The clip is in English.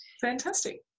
Fantastic